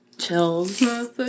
Chills